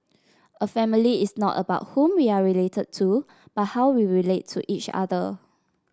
a family is not about whom we are related to but how we relate to each other